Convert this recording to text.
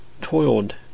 toiled